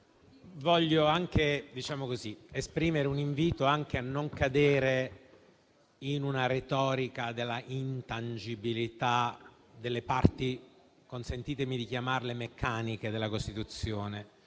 vorrei anche esprimere un invito a non cadere in una retorica della intangibilità delle parti - consentitemi di chiamarle così - meccaniche della Costituzione.